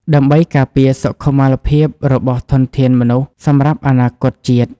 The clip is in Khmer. ដើម្បីការពារសុខុមាលភាពរបស់ធនធានមនុស្សសម្រាប់អនាគតជាតិ។